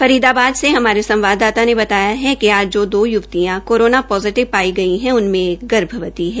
फरीदाबाद से हमारे संवाददाता ने बताया है कि उनमें जो दो युवतियां कोरोना पोजिटिव पाई गई है उनमें एक गर्भवती है